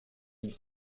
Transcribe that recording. mille